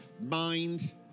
mind